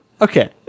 Okay